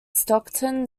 stockton